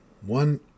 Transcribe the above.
one